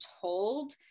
told